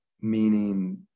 meaning